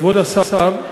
כבוד השר,